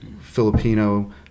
Filipino